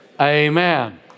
Amen